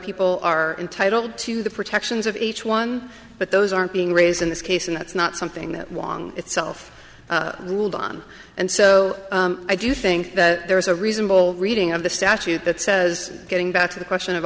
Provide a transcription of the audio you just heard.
people are entitled to the protections of each one but those aren't being raised in this case and it's not something that was itself ruled on and so i do think that there is a reasonable reading of the statute that says getting back to the question of